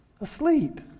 Asleep